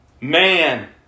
man